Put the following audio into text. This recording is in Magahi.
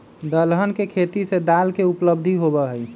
दलहन के खेती से दाल के उपलब्धि होबा हई